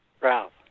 Ralph